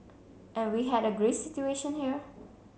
and we had a Greece situation here